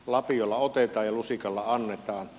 lapiolla otetaan ja lusikalla annetaan